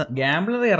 gambler